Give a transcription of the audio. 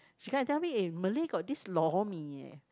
she come and tell me eh Malay got this lor mee eh